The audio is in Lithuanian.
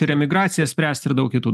ir emigraciją spręst ir daug kitų